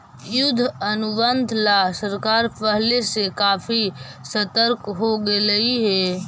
युद्ध अनुबंध ला सरकार पहले से काफी सतर्क हो गेलई हे